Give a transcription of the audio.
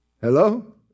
Hello